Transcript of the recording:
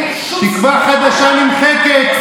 תקווה חדשה נמחקת,